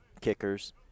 kickers